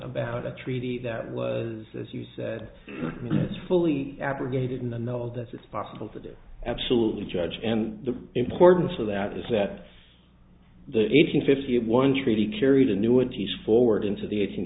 about a treaty that was as you said it's fully abrogated in the know that it's possible to do absolutely judge and the importance of that is that the fifty fifty one treaty carried annuities forward into the eight